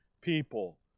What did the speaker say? people